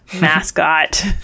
mascot